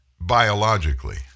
biologically